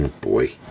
Boy